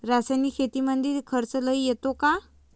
रासायनिक शेतीमंदी खर्च लई येतो का?